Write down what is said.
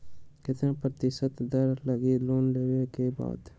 कितना प्रतिशत दर लगी लोन लेबे के बाद?